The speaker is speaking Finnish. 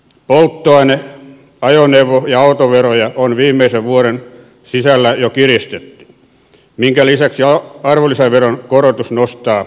polttoaine ajoneuvo ja autoveroja on viimeisen vuoden sisällä jo kiristetty minkä lisäksi arvonlisäveron korotus nostaa hintoja